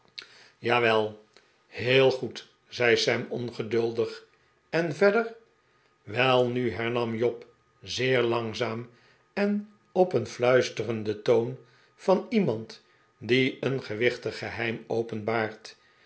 jawel heel goed zei sam ongeduldig en verder welnu hernam job zeer langzaam en op den fluisterenden toon van iemand die een gewichtig geheim openbaart